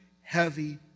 heavy